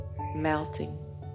melting